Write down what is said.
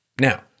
Now